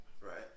right